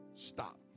Stop